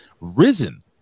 risen